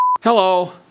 Hello